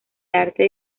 arte